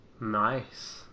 Nice